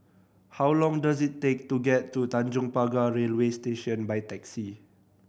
how long does it take to get to Tanjong Pagar Railway Station by taxi